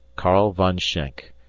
karl von schenk,